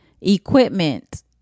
equipment